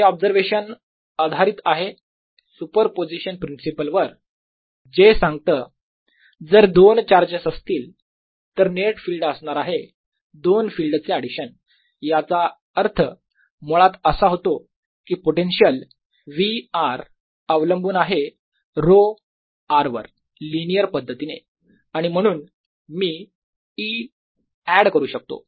हे ऑब्झर्वेशन आधारित आहे सुपरपोझिशन प्रिन्सिपल वर जे सांगतं जर दोन चार्जेस असतील तर नेट फिल्ड असणार आहे दोन फिल्डचे ऍडिशन याचा अर्थ मुळात असा होतो की पोटेन्शियल v r अवलंबून आहे ρ r वर लिनियर पद्धतीने आणि म्हणून मी E ऍड करू शकतो